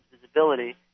visibility